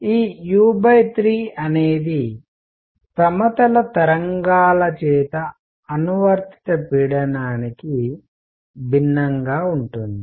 ఈ u3 అనేది సమతల తరంగాల చేత అనువర్తిత పీడనానికి భిన్నంగా ఉంటుంది